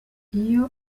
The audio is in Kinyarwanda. iyo